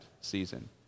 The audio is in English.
season